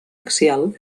axial